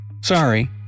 Sorry